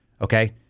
Okay